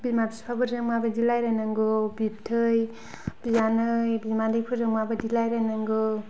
बिमा बिफाफोरजों माबायदि रायज्लायनांगौ बिबथै बियानै बिमानैफोरजों माबायदि रायज्लायनांगौ